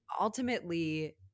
ultimately